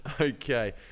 Okay